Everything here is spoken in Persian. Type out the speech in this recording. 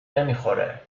نمیخوره